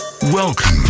Welcome